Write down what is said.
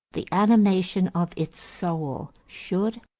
the animation of its soul, should,